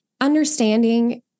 understanding